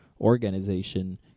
organization